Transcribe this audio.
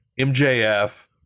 MJF